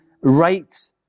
right